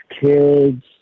kids